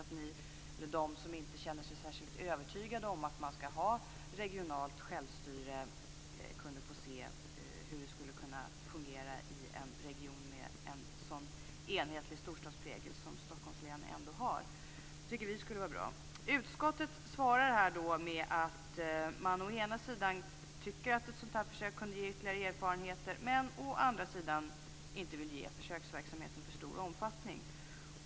Då skulle de som inte känner sig särskilt övertygade om att man skall ha regionalt självstyre få se hur det skulle kunna fungera i en region med så enhetlig storstadsprägel som Stockholms län ändå har. Det tycker vi skulle vara bra. Utskottet svarar att man å ena sida tycker att ett sådant här försök skulle kunna ge ytterligare erfarenheter. Men å andra sidan vill man inte ge försöksverksamheten för stor omfattning.